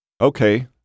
Okay